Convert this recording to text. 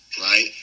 Right